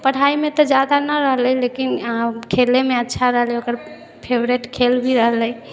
पढ़ाइमे तऽ ज्यादा नहि रहलै लेकिन खेलैमे अच्छा रहलै ओकर फेवरेट खेल भी रहलै